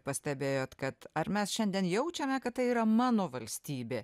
pastebėjot kad ar mes šiandien jaučiame kad tai yra mano valstybė